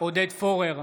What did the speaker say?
עודד פורר,